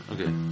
Okay